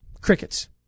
Crickets